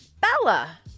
Bella